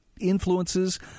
influences